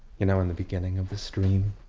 you know in the beginning of this dream